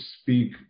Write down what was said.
speak